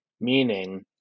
meaning